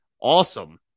awesome